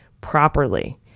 properly